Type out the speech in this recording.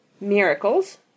Miracles